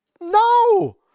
No